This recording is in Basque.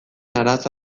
arazo